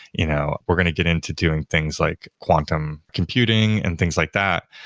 you know we're going to get into doing things like quantum computing and things like that.